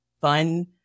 fun